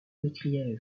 m’écriai